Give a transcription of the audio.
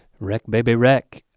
wreck baby wreck.